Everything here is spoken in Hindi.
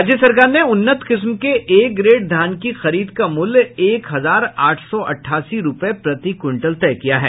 राज्य सरकार ने उन्नत किस्म के ए ग्रेड धान की खरीद का मूल्य एक हजार आठ सौ अठासी रूपये प्रति क्विंटल तय किया है